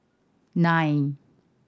nine